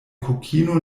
kokino